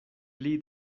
pli